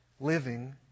living